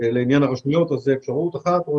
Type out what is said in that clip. לעניין הרשויות זו אפשרות אחת.